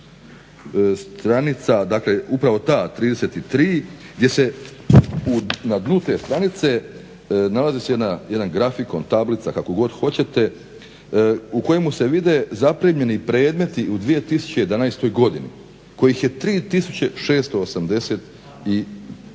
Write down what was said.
je stranica upravo ta 33 gdje se na dnu te stranice nalazi jedan grafikon, tablica, kako god hoćete, u kojemu se vide zaprimljeni predmeti u 2011. godini kojih je 3688